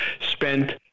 spent